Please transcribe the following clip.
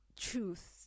Truth